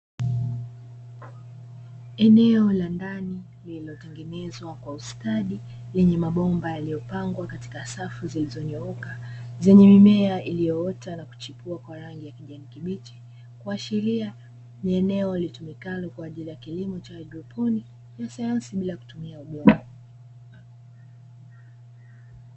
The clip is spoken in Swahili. Eneo la ndani lililotengenezwa kwa usitadi lenye mabomba yaliyopangwa katika safu zilizonyooka zenye mimea, iliyoota na kuchipua kwa rangi ya kijani kibichi, kuashiria ni eneo litumikalo kwa ajili ya kilimo cha adroponi, ya sayansi bila kutumia udongo.